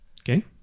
Okay